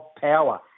Power